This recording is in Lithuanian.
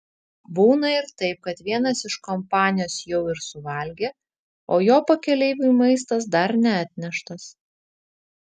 būna ir taip kad vienas iš kompanijos jau ir suvalgė o jo pakeleiviui maistas dar neatneštas